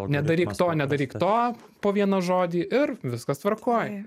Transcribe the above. nedaryk to nedaryk to po vieną žodį ir viskas tvarkoj